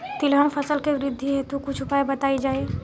तिलहन फसल के वृद्धी हेतु कुछ उपाय बताई जाई?